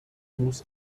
muss